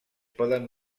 poden